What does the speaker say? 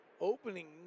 Opening